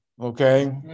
Okay